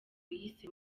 yise